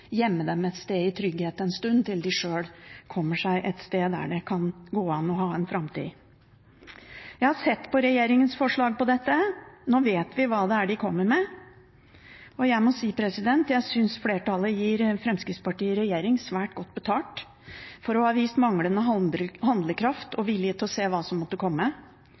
dem et sted i trygghet en stund til de sjøl kommer seg et sted der det kan gå an å ha en framtid. Jeg har sett på regjeringens forslag som gjelder dette. Nå vet vi hva det er de kommer med. Jeg må si jeg synes flertallet gir Fremskrittspartiet i regjering svært godt betalt for å ha vist manglende handlekraft og vilje til å se hva som måtte komme,